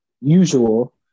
usual